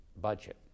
budget